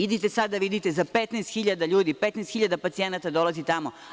Idite sad da vidite, za 15.000 ljudi, 15.000 pacijenata dolazi tamo.